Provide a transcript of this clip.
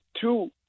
two